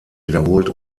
wiederholt